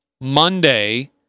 Monday